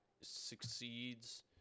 succeeds